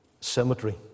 Cemetery